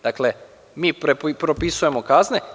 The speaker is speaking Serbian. Dakle, mi propisujemo kazne.